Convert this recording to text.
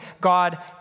God